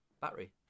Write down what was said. battery